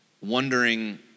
wondering